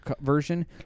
version